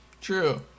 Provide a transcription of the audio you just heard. true